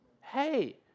Hey